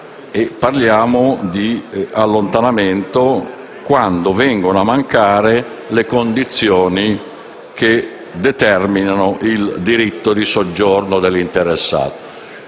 territorialmente competente quando vengono a mancare le condizioni che determinano il diritto di soggiorno dell'interessato.